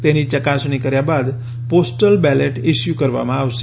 તેની ચકાસણી કર્યા બાદ પોસ્ટલ બેલેટ ઈસ્યુ કરવામાં આવશે